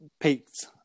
peaked